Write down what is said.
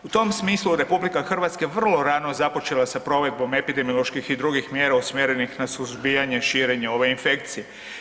U tom smislu RH je vrlo rano započela sa provedbom epidemioloških i drugih mjera usmjerenih na suzbijanje i širenje ove infekcije.